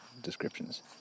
descriptions